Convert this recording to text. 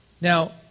Now